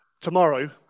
Tomorrow